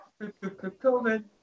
COVID